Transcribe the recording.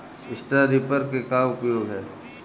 Straw reaper क का उपयोग ह?